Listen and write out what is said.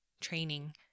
training